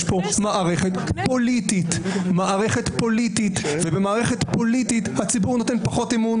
כאן מערכת פוליטית ובמערכת פוליטית הציבור נותן פחות אמון.